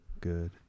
good